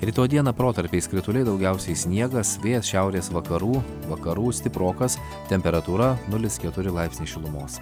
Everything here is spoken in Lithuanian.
rytoj dieną protarpiais krituliai daugiausiai sniegas vėjas šiaurės vakarų vakarų stiprokas temperatūra nulis keturi laipsniai šilumos